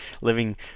living